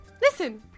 listen